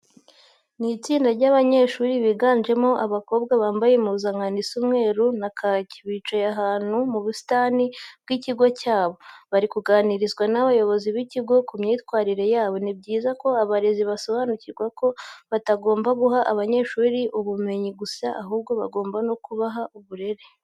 Ni itsinda ry'abanyeshuri biganjemo abakobwa, bambaye impuzankano isa umweru na kake. Bicaye ahantu mu busitani bw'ikigo cyabo, bari kuganirizwa n'abayozi b'ikigo ku myitwarire yabo. Ni byiza ko abarezi basobanukirwa ko batagomba guha abanyeshuri ubumenye gusa ahubwo bagomba no kubaha uburere.